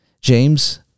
James